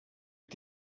mit